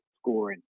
scoring